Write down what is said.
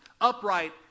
Upright